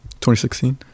2016